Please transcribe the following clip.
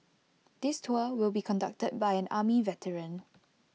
this tour will be conducted by an army veteran